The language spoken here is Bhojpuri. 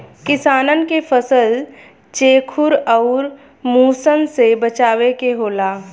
किसानन के फसल चेखुर आउर मुसन से बचावे के होला